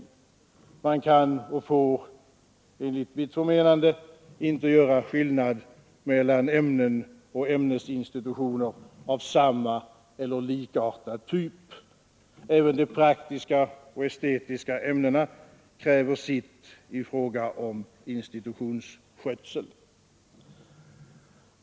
Man kan och får enligt mitt förmenande inte göra skillnad mellan ämnen och ämnesinstitutioner av samma eller likartad typ. Även de praktiska och de estetiska ämnena kräver sitt i fråga om institutionsskötsel.